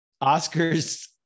Oscar's